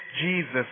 Jesus